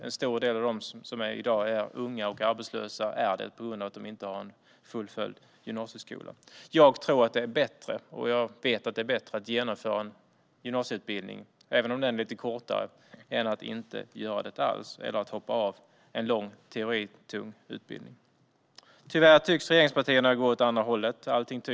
En stor del av dem som i dag är unga och arbetslösa är det i själva verket på grund av att de inte har fullföljt gymnasieutbildningen. Jag vet att det är bättre att genomföra en gymnasieutbildning, även om den är lite kortare, än att inte göra det alls eller att hoppa av en lång teoritung utbildning. Tyvärr tycks regeringspartierna gå åt det andra hållet.